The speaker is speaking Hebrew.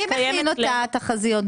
מי מכין את התחזיות?